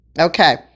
okay